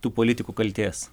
tų politikų kaltės